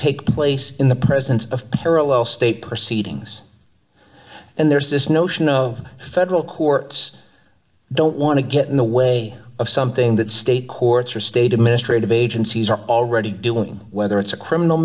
take place in the presence of parallel state proceedings and there's this notion of federal courts don't want to get in the way of something that state courts or state administrative agencies are already doing whether it's a criminal